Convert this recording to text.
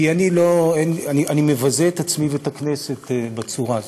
כי אני מבזה את עצמי ואת הכנסת בצורה הזאת.